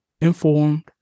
informed